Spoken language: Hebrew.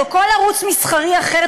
או כל ערוץ מסחרי אחר,